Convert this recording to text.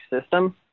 system